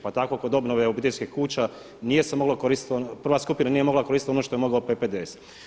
Pa tako kod obnove obiteljskih kuća nije se moglo koristiti, prva skupina nije mogla koristiti ono što je mogao PPDS.